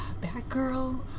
Batgirl